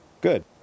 good